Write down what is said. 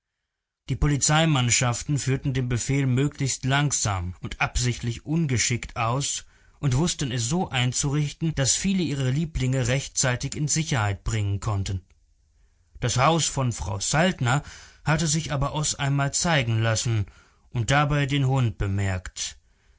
die polizeimannschaften führten den befehl möglichst langsam und absichtlich ungeschickt aus und wußten es so einzurichten daß viele ihre lieblinge rechtzeitig in sicherheit bringen konnten das haus von frau saltner hatte sich aber oß einmal zeigen lassen und dabei den hund bemerkt